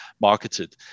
marketed